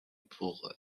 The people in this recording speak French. pour